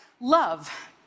love